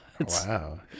Wow